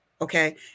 Okay